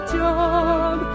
job